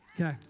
Okay